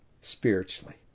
spiritually